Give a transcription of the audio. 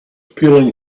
peeling